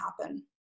happen